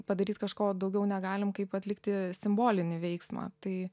padaryt kažko daugiau negalim kaip atlikti simbolinį veiksmą tai